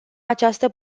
această